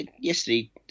yesterday